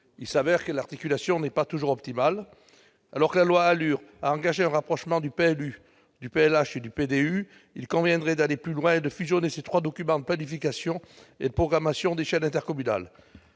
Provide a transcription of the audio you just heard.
il s'avère que l'articulation entre ces documents n'est pas optimale. Alors que la loi ALUR a engagé un rapprochement du PLU, du PLH et du PDU, il conviendrait d'aller plus loin et de fusionner ces trois documents de planification et de programmation d'échelle intercommunale.